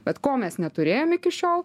bet ko mes neturėjom iki šiol